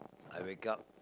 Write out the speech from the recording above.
I wake up